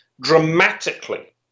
dramatically